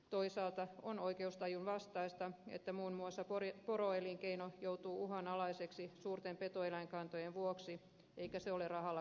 toisaalta on oikeustajunvastaista että muun muassa poroelinkeino joutuu uhanalaiseksi suurten petoeläinkantojen vuoksi eikä se ole rahalla korvattavissa